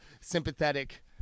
sympathetic